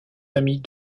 famille